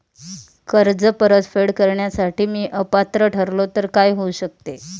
कर्ज परतफेड करण्यास मी अपात्र ठरलो तर काय होऊ शकते?